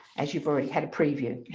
as you've already had a preview.